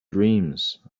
dreams